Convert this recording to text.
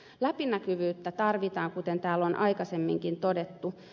läpinäkyvyyttä tarvitaan kuten täällä on aikaisemminkin todettu